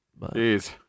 Jeez